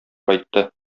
кайтты